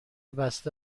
بسته